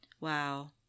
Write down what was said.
Wow